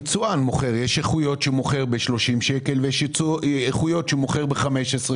יש איכויות שהוא מוכר ב-30 שקל ויש איכויות שהוא מוכר ב-15 שקל.